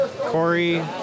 Corey